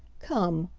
come,